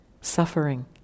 suffering